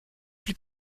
plus